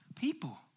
people